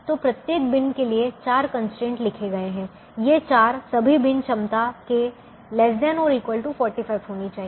तो प्रत्येक बिन के लिए 4 कंस्ट्रेंट लिखे गए हैं ये 4 सभी बिन क्षमता के ≤ 45 होनी चाहिए